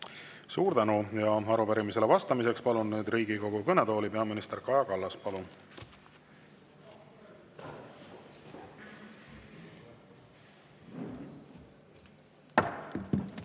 Suur tänu! Arupärimisele vastamiseks palun Riigikogu kõnetooli peaminister Kaja Kallase. Palun! Suur